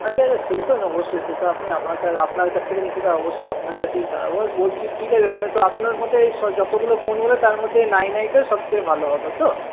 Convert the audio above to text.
আচ্ছা আচ্ছা সে তো নোবো সে তো আপনি আমার আপনার কাছ থেকে নিতে তো অবশ্যই আপনার কাছেই যা ওই বলছি ঠিক আছে মনে তো আপনার মতে যতগুলো ফোন বললেন তার মধ্যে নাইন আইটাই সব থেকে ভালো হবে তো